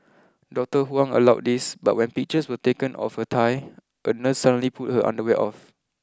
Doctor Huang allowed this but when pictures were taken of her thigh a nurse suddenly pulled her underwear off